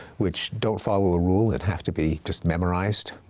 which don't follow a rule and have to be just memorized,